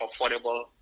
affordable